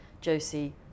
josie